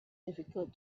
difficult